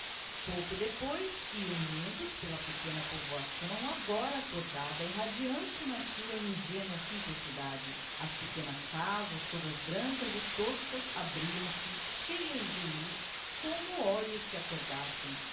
pouco depois iam juntos pela pequena povoação agora accordada e radiante na sua mgenua simplicidade as pequenas casas todas brancas e toscas abriam-se cheias de luz como olhos que accordassem